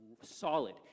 Solid